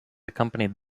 accompanied